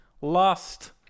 last